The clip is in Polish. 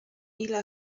ile